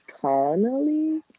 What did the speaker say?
Connolly